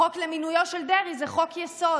החוק למינויו של דרעי הוא חוק-יסוד.